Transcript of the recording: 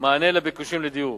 מענה לביקושים לדיור.